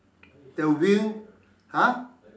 the wheel !huh!